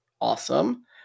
awesome